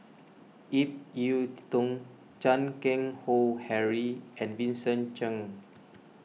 Ip Yiu Tung Chan Keng Howe Harry and Vincent Cheng